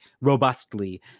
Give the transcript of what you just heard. robustly